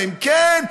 כן.